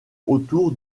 autour